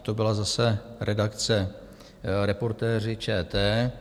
To byla zase redakce Reportéři ČT.